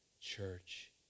church